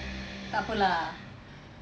takpe lah